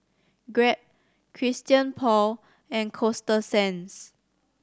Grab Christian Paul and Coasta Sands